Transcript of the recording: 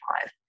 five